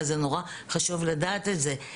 אבל זה נורא חשוב לדעת את זה.